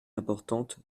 importante